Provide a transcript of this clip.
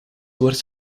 wordt